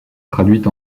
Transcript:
traduites